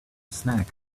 snack